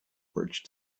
bridge